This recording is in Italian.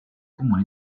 comuni